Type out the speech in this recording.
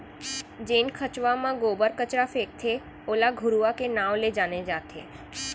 जेन खंचवा म गोबर कचरा फेकथे ओला घुरूवा के नांव ले जाने जाथे